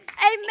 Amen